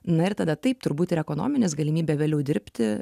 na ir tada taip turbūt ir ekonominės galimybė vėliau dirbti